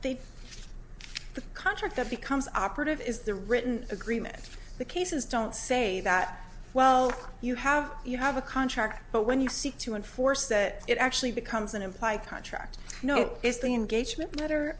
the contract that becomes operative is the written agreement the cases don't say that well you have you have a contract but when you seek to enforce that it actually becomes an implied contract